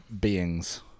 beings